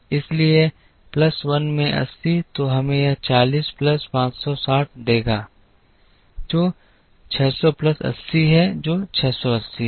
इसलिए प्लस 1 में 80 तो यह हमें 40 प्लस 560 देगा जो 600 प्लस 80 है जो 680 है